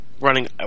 running